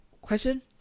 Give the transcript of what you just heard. Question